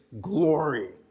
glory